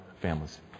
families